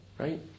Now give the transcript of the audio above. Right